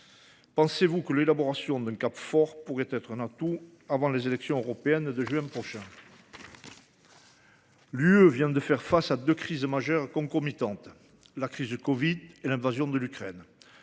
Pensez-vous que le choix d’un cap fort pourrait être un atout avant les élections européennes de juin prochain ? L’Union européenne vient de faire face à deux crises majeures et concomitantes : l’épidémie de covid et l’invasion de l’Ukraine.